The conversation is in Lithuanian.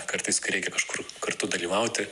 kartais kai reikia kažkur kartu dalyvauti